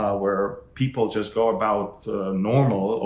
ah where people just go about normal,